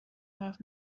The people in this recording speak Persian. حرف